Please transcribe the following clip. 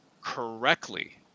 correctly